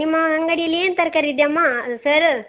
ನಿಮ್ಮ ಅಂಗಡಿಯಲ್ಲಿ ಏನು ತರಕಾರಿ ಇದಿಯಮ್ಮ ಸರ್